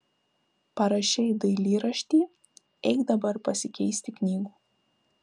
parašei dailyraštį eik dabar pasikeisti knygų